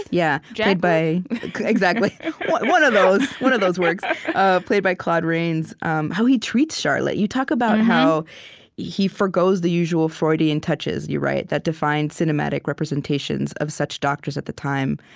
yeah yeah exactly one of those one of those works played by claude rains um how he treats charlotte. you talk about how he forgoes the usual freudian touches, you write, that defined cinematic representations of such doctors at the time,